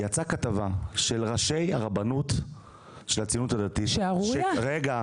יצאה כתבה של ראשי הרבנות של הציונות הדתית שבעקבות